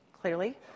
clearly